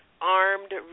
armed